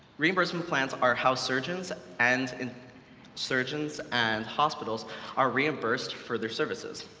reimbursement plans are how surgeons and and surgeons and hospitals are reimbursed for their services.